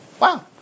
Wow